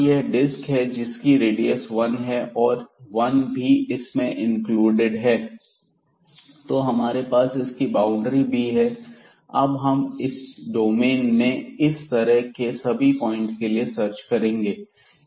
यह एक डिस्क है जिसकी रेडियस 1 है और यह 1 भी इसमें इंक्लूड है तो हमारे पास इसकी बाउंड्री भी है अब हम इस डोमेन में इस तरह के सभी पॉइंट के लिए सर्च करेंगे